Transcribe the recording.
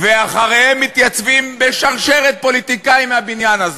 ומאחוריהם מתייצבים בשרשרת פוליטיקאים מהבניין הזה.